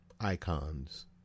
icons